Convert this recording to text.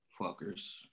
fuckers